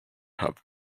have